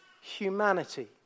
humanity